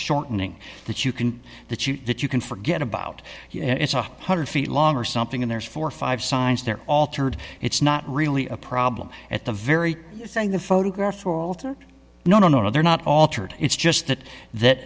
foreshortening that you can that you that you can forget about a one hundred feet long or something and there's four or five signs there altered it's not really a problem at the very thing the photograph walter no no no no they're not altered it's just that that